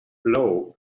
blow